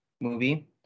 movie